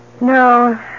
No